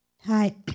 Hi